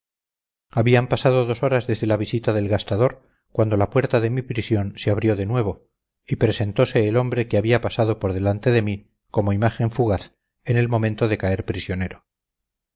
habían pasado dos horas desde la visita del gastador cuando la puerta de mi prisión se abrió de nuevo y presentose el hombre que había pasado por delante de mí como imagen fugaz en el momento de caer prisionero